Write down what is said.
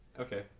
Okay